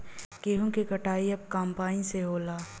गेंहू क कटिया अब कंपाइन से होला